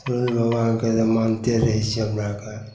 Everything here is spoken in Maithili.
सूर्य भगवानके तऽ मानिते रहै छिए हमरा आओरके